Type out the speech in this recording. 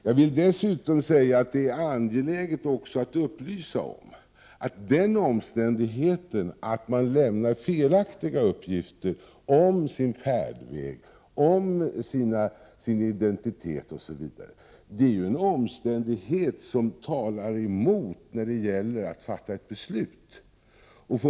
Jag vill dessutom säga att det är angeläget att upplysa om att den omständigheten att man lämnar felaktiga uppgifter om sin färdväg, om sin identitet osv. talar emot ens sak när det gäller ett beslut.